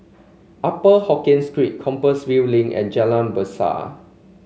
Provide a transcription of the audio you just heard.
Upper Hokkien Street Compassvale Link and Jalan Resak